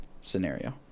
scenario